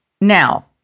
Now